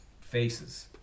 Faces